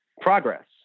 progress